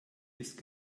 ist